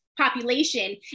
population